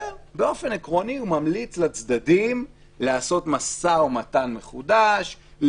באופן עקרוני הוא ממליץ לצדדים לעשות משא ומתן מחודש,